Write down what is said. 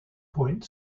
point